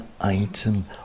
item